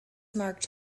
marked